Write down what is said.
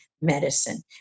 medicine